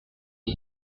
the